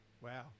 Wow